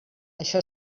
això